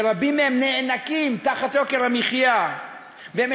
ורבים מהם נאנקים תחת יוקר המחיה ומכלים